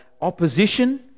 opposition